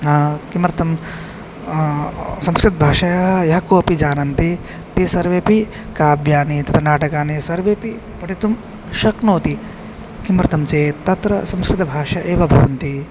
किमर्थं संस्कृतभाषयाः यः कोपि जानन्ति ते सर्वेपि काव्यानि तत्र नाटकानि सर्वेपि पठितुं शक्नोति किमर्थं चेत् तत्र संस्कृतभाषा एव भवन्ति